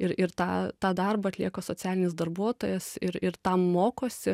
ir ir tą tą darbą atlieka socialinis darbuotojas ir ir tam mokosi